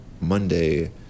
Monday